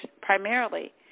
primarily